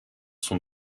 sont